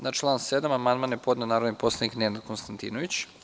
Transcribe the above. Na član 7. amandman je podneo narodni poslanik Nenad Konstatinović.